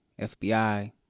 FBI